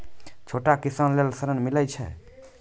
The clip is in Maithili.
छोटा किसान लेल ॠन मिलय छै?